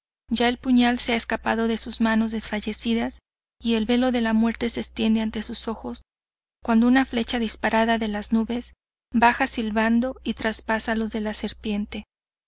ya el puñal se ha escapado de sus manos desfallecidas y el velo de la muerte se extiende ante sus ojos cuando una flecha disparada de las nubes baja silbando y traspasa los de la serpiente